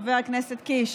חבר הכנסת קיש,